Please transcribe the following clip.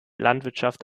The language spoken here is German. landwirtschaft